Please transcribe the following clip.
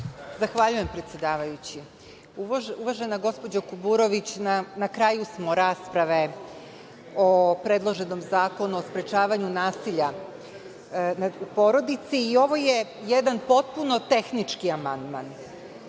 Zahvaljujem predsedavajući. Uvažena gospođo Kuburović, na kraju smo rasprave o predloženom zakonu o sprečavanju nasilja u porodici i ovo je jedan potpuno tehnički amandman